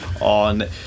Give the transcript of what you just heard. on